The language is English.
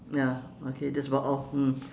ya okay that's about all mm